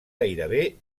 gairebé